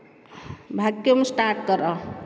vacuum start କର